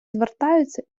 звертаються